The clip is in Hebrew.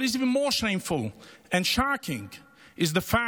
What is even more shameful and shocking is the fact